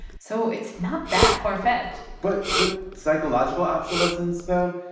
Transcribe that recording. so it's not that far-fetched but with psychological obsolescence, though,